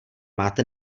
máte